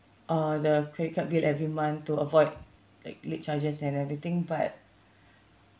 uh the credit card bill every month to avoid like late charges and everything but